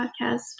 podcast